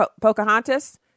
pocahontas